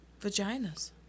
Vaginas